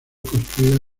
construida